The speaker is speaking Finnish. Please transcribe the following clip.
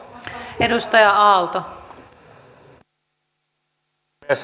arvoisa rouva puhemies